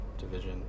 division